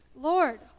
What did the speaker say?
Lord